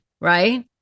right